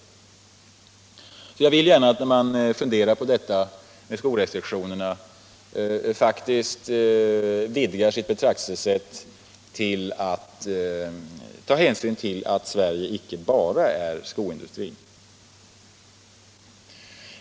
Jag vill av den anledningen gärna att man, när man funderar på skorestriktionerna, försöker vidga sitt betraktelsesätt till att ta hänsyn till att Sverige icke bara har en skoindustri.